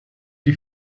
die